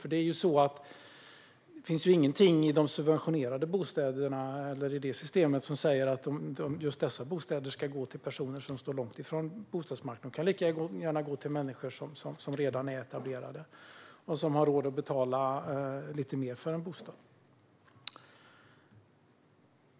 Det finns ingenting i de subventionerade bostäderna eller i det systemet som säger att just dessa bostäder ska gå till personer som står långt ifrån bostadsmarknaden. De kan lika gärna gå till människor som redan är etablerade och som har råd att betala lite mer för en bostad.